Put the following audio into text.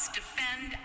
defend